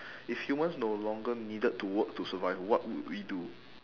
if humans no longer needed to work to survive what would we do